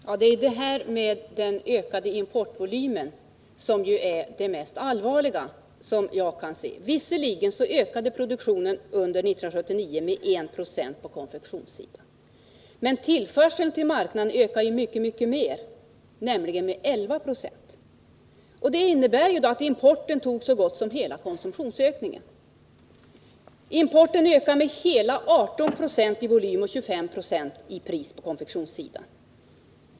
Herr talman! Vad jag kan se är det exportvolymen som är allvarligast i sammanhanget. Visserligen ökade den svenska produktionen under 1979 med 1 96 på konfektionssidan, men tillförseln till marknaden ökade mycket mer, nämligen med 11 26. Importen tog således så gott som hela konsumtionsökningen. Importen ökade med hela 18 96 i volym och med 25 9; i pris på konfektionssidan.